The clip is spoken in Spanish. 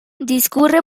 discurre